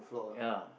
ya